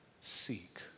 seek